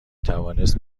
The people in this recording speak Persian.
توانست